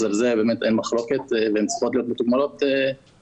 ועל זה אין מחלוקת והן צריכות להיות מתוגמלות בהתאם.